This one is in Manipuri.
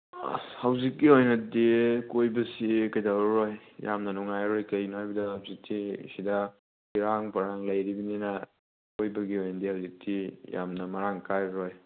ꯑꯁ ꯍꯧꯖꯤꯛꯀꯤ ꯑꯣꯏꯅꯗꯤ ꯀꯣꯏꯕꯁꯤ ꯀꯩꯗꯧꯔꯔꯣꯏ ꯌꯥꯝꯅ ꯅꯨꯡꯉꯥꯏꯔꯔꯣꯏ ꯀꯩꯒꯤꯅꯣ ꯍꯥꯏꯕꯗ ꯍꯧꯖꯤꯛꯁꯦ ꯁꯤꯗ ꯏꯔꯥꯡ ꯄꯣꯔꯥꯡ ꯂꯩꯔꯤꯕꯅꯤꯅ ꯀꯣꯏꯕꯒꯤ ꯑꯣꯏꯅꯗꯤ ꯍꯧꯖꯤꯛꯇꯤ ꯌꯥꯝꯅ ꯃꯔꯥꯡ ꯀꯥꯏꯔꯔꯣꯏ